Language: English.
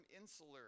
insular